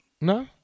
No